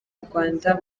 rwanda